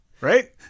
right